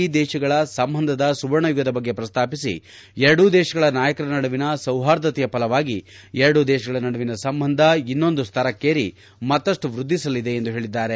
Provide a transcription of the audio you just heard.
E ದೇಶಗಳ ಸಂಬಂಧದ ಸುವರ್ಣ ಯುಗದ ಬಗ್ಗೆ ಪ್ರಸ್ತಾಪಿಸಿ ಎರಡೂ ದೇಶಗಳ ನಾಯಕರ ನಡುವಿನ ಸೌಹಾರ್ದತೆಯ ಫಲವಾಗಿ ಎರಡೂ ದೇಶಗಳ ನಡುವಿನ ಸಂಬಂಧ ಇನ್ನೊಂದು ಸ್ಠರಕ್ಕೇರಿ ಮತ್ತಷ್ಟು ವೃದ್ಧಿಸಲಿದೆ ಎಂದು ಹೇಳಿದ್ದಾರೆ